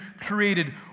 created